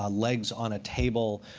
ah legs on a table.